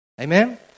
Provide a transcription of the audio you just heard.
Amen